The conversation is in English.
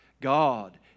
God